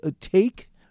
take